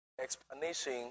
explanation